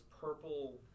purple